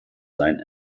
sein